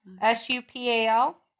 S-U-P-A-L